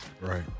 Right